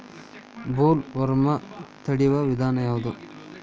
Bollworm ತಡಿಯು ವಿಧಾನ ಯಾವ್ದು?